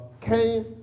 came